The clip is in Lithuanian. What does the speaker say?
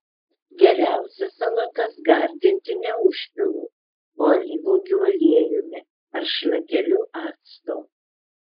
geriausia salotas gardinti ne užpilu o alyvuogių aliejumi ar šlakeliu acto